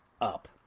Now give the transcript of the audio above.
up